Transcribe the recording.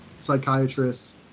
psychiatrists